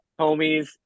homies